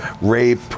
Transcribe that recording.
rape